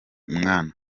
mwana